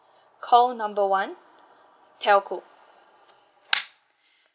call number one telco